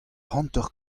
hanter